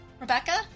Rebecca